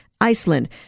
Iceland